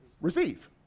Receive